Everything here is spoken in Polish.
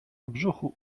brzuchu